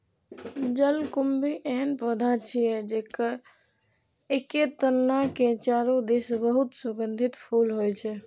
जलकुंभी एहन पौधा छियै, जेकर एके तना के चारू दिस बहुत सुगंधित फूल होइ छै